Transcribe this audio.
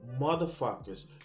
motherfuckers